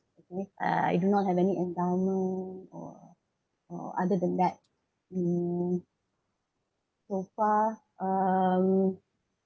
okay uh I do not have any endowment or uh or other than that mm so far um